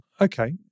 Okay